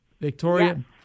Victoria